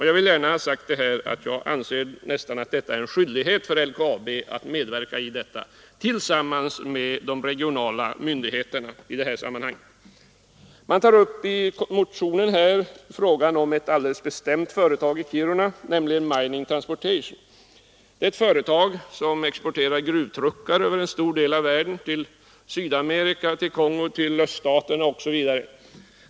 Jag anser att det nästan är en skyldighet för LKAB att medverka i det arbetet tillsammans med de regionala myndigheterna. I motionen tas också upp ett alldeles bestämt företag i Kiruna, nämligen Mining Transportation. Det är ett företag som exporterar gruvtruckar över en stor del av världen: till Sydamerika, Kongo, öststaterna osv.